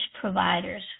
providers